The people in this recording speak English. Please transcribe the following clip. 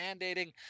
mandating